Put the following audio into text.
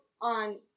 on